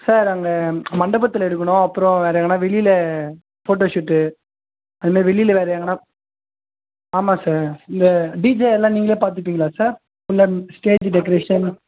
sir அங்கே மண்டபத்தில் எடுக்கணும் அப்புறம் வேறு எங்கேனா வெளியில் ஃபோட்டோ ஷூட்டு அந்த மாதிரி வெளியில் வேறு எங்கேனா ஆமாம் சார் இந்த டீஜெ எல்லாம் நீங்களே பார்த்துப்பிங்களா சார் அந்த ஸ்டேஜ் டெக்கரேஷன்